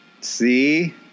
See